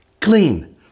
clean